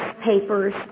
papers